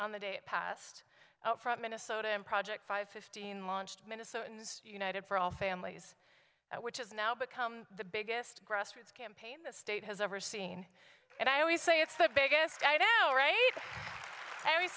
on the day it passed out from minnesota and project five fifteen launched minnesotans united for all families which is now become the biggest grassroots campaign the state has ever seen and i always say it's the biggest i